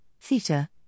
theta